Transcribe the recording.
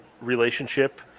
relationship